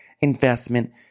investment